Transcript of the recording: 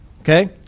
Okay